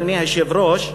אדוני היושב-ראש,